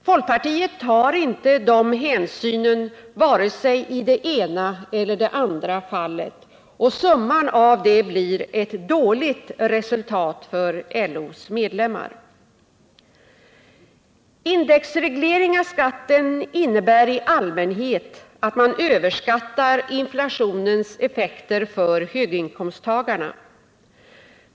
Folkpartiet tar inte de hänsynen vare sig i det ena eller det andra fallet — och summan av det blir ett dåligt resultat för LO:s medlemmar. Indexreglering av skatten innebär i allmänhet att man överskattar inflationens effekter för höginkomsttagarna.